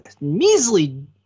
measly